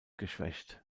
geschwächt